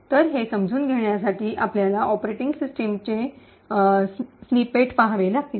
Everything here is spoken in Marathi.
तर हे समजून घेण्यासाठी आपल्याला ऑपरेटिंग सिस्टमचे स्निपेट्स पहावे लागतील